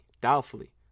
doubtfully